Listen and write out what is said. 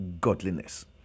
godliness